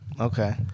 okay